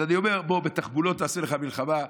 אז אני אומר, בוא, בתחבולות תעשה לך מלחמה.